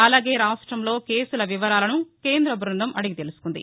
అలాగే రాష్టంలో కేసుల వివరాలను కేంర్చ బృందం అడిగి తెలుసుకుంది